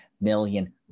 million